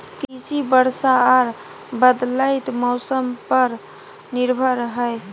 कृषि वर्षा आर बदलयत मौसम पर निर्भर हय